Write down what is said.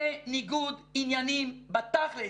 זה ניגוד עניינים בתכל'ס,